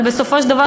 אבל בסופו של דבר,